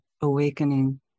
awakening